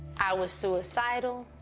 i was suicidal.